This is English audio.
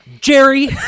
Jerry